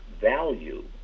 value